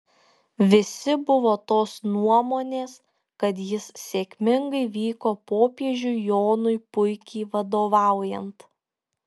visi buvo tos nuomonės kad jis sėkmingai vyko popiežiui jonui puikiai vadovaujant